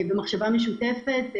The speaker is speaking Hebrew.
במחשבה משותפת,